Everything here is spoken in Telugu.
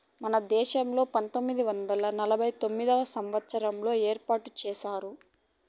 మన దేశంలో పంతొమ్మిది వందల నలభై తొమ్మిదవ సంవచ్చారంలో ఏర్పాటు చేశారు